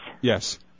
Yes